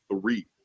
three